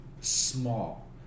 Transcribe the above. small